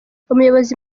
umuyobozi